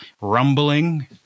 rumbling